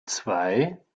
zwei